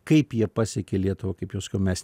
kaip jie pasiekė lietuvą kaip jau sakiau mes